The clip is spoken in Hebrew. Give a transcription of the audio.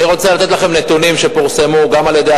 אני רוצה לתת לכם נתונים שפורסמו גם על-ידי